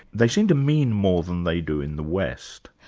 they seem to mean more than they do in the west.